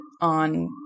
on